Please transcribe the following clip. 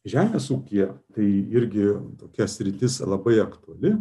žemės ūkyje tai irgi tokia sritis labai aktuali